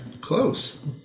Close